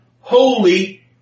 holy